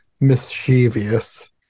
mischievous